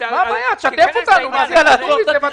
אתה הכנסת באופן דחוף אתמול לסדר-היום שמחר נדון- - לא נדבר על זה.